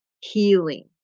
healing